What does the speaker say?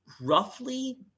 roughly